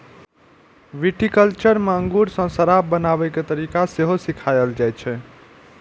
viticulture मे अंगूर सं शराब बनाबै के तरीका सेहो सिखाएल जाइ छै